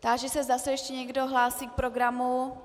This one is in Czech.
Táži se, zda se ještě někdo hlásí k programu.